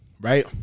right